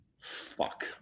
Fuck